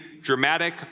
dramatic